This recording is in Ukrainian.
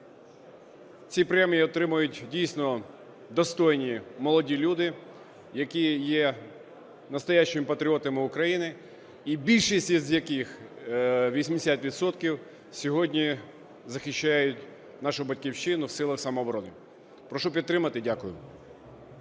ці премії отримають дійсно достойні молоді люди, які є настоящими патріотами України і більшість з яких, 80 відсотків, сьогодні захищають нашу Батьківщину в силах самооборони. Прошу підтримати. Дякую.